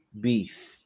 beef